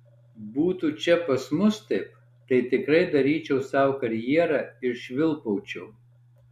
būtų čia pas mus taip tai tikrai daryčiau sau karjerą ir švilpaučiau